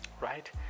Right